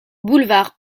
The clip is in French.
boulevard